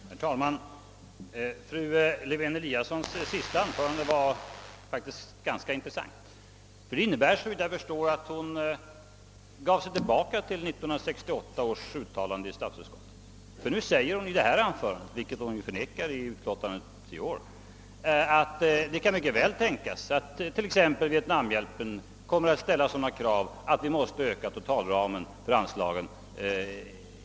Herr talman! Fru Lewén-Eliassons senaste anförande var faktiskt ganska intressant. Det innebar, såvitt jag förstår, att hon gick tillbaka till statsutskottets uttalande år 1968. Hon sade nu att det mycket väl kan tänkas att t.ex. vietnamhjälpen kommer att ställa sådana krav att vi ganska avsevärt måste öka totalramen för anslagen.